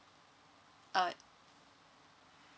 uh